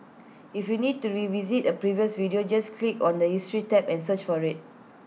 if you need to revisit A previous video just click on the history tab and search for IT